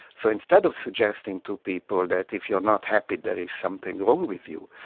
so instead of suggesting to people that if you're not happy there is something wrong with you,